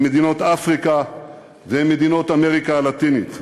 עם מדינות אפריקה ועם מדינות אמריקה הלטינית.